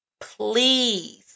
please